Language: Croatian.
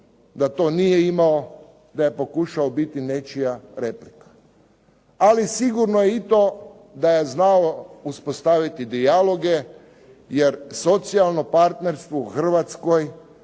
da to nije imao, da je pokušao biti nečija replika. Ali sigurno je i to da je znao uspostaviti dijaloge, jer socijalno partnerstvo u Hrvatskoj,